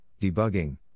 debugging